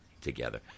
together